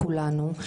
כולנו,